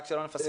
רק שלא נפספס?